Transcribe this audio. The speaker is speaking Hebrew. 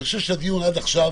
הדיון עד עכשיו